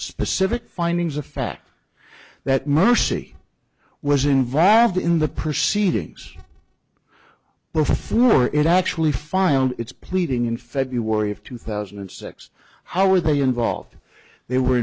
specific findings of fact that mercy was involved in the proceedings before it actually filed its pleading in february of two thousand and six how were they involved they were